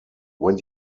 when